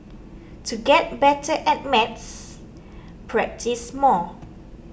to get better at maths practise more